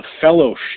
fellowship